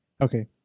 Okay